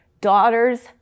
daughter's